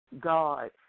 God